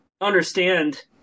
understand